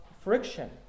friction